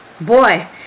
Boy